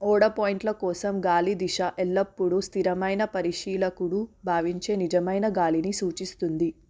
ఓడ పాయింట్ల కోసం గాలి దిశ ఎల్లప్పుడూ స్థిరమైన పరిశీలకుడు భావించే నిజమైన గాలిని సూచిస్తుంది